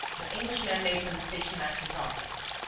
the englishman made for the station-master's office.